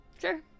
Sure